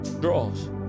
draws